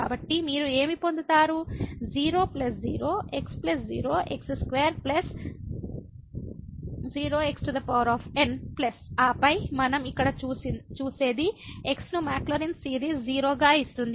కాబట్టి మీరు ఏమి పొందుతారు 0 0⋅ x 0⋅ x2 ⋯ 0⋅ xn ఆపై మనం ఇక్కడ చూసేది x ను మాక్లౌరిన్ సిరీస్ 0 గా ఇస్తుంది